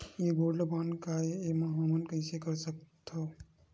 ये gold bond काय ए एमा हमन कइसे कर सकत हव?